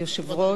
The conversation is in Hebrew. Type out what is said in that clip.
אני פונה אליך,